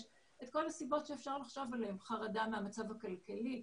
יש את כל הסיבות שאפשר לחשוב עליהן חרדה מהמצב הכלכלי,